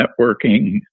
networking